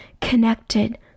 connected